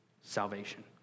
salvation